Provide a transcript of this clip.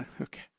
Okay